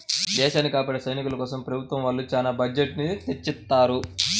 దేశాన్ని కాపాడే సైనికుల కోసం ప్రభుత్వం వాళ్ళు చానా బడ్జెట్ ని తెచ్చిత్తారు